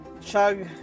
Chug